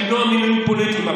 למנוע מינויים פוליטיים.